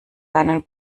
deinen